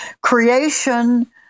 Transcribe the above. Creation